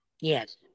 Yes